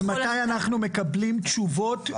ומתי אנחנו מקבלים תשובות?